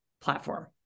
platform